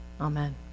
Amen